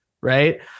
right